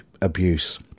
abuse